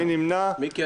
אין נמנעים, אין אושרה.